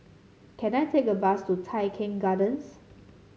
can I take a bus to Tai Keng Gardens